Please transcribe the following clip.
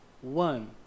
one